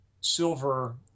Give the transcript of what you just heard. silver